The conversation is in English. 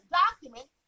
document